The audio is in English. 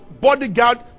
bodyguard